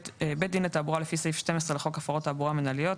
בית דין לתעבורה לפי סעיף 12 לחוק הפרות תעבורה מינהליות,